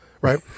Right